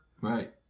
right